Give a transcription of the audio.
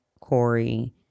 Corey